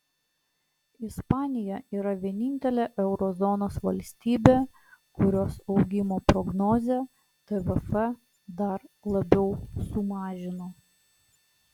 ispanija yra vienintelė euro zonos valstybė kurios augimo prognozę tvf dar labiau sumažino